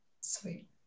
Sweet